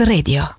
Radio